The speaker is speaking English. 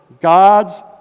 God's